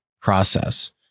process